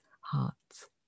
hearts